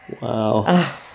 Wow